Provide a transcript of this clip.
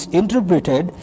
interpreted